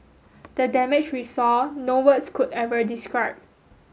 the damage we saw no words could ever describe